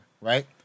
right